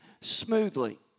smoothly